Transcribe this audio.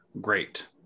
great